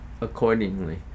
accordingly